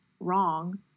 wrong